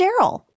Daryl